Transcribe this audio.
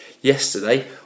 Yesterday